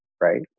right